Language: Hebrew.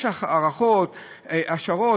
יש הערכות, השערות.